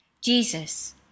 Jesus